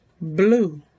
Blue